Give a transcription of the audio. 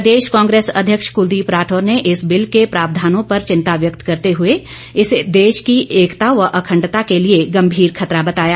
प्रदेश कांग्रेस अध्यक्ष कुलदीप राठौर ने इस बिल के प्रावधानों पर चिंता व्यक्त करते हुए इसे देश की एकता व अखंडता के लिए गँभीर खतरा बताया